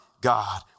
God